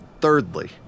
Thirdly